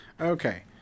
Okay